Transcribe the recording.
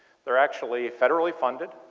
they are actually federally funded.